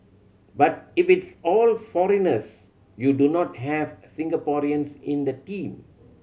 but if it's all foreigners you do not have Singaporeans in the team